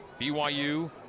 BYU